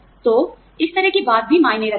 तो इस तरह की बात भी मायने रखती है